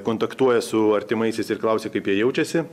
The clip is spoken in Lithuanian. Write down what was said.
kontaktuoja su artimaisiais ir klausia kaip jie jaučiasi